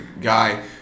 guy